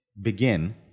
begin